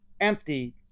empty